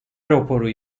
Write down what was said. raporu